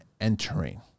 entering